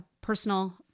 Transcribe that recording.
personal